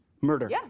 Murder